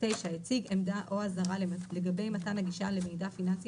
הציג עמדה או אזהרה לגבי מתן הגישה למידע פיננסי